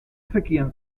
zekien